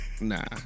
nah